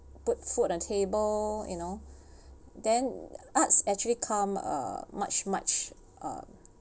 put food on table you know then arts actually come uh much much uh